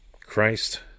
Christ